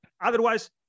Otherwise